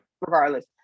Regardless